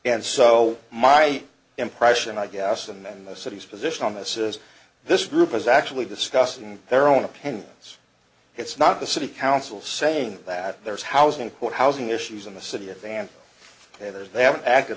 and so my impression i guess and then the city's position on this is this group is actually discussing their own opinions it's not the city council saying that there is housing court housing issues in the city of van there's they haven't acted